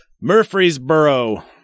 Murfreesboro